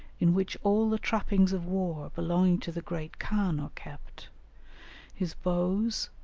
in which all the trappings of war belonging to the great khan are kept his bows,